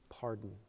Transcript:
pardon